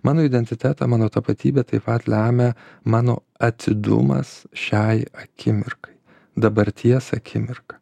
mano identitetą mano tapatybę taip pat lemia mano atidumas šiai akimirkai dabarties akimirka